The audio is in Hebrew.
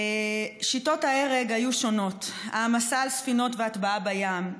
שיטות ההרג היו שונות: ההעמסה על ספינות והטבעה בים,